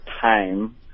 time